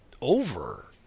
over